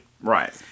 Right